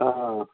હા